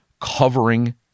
covering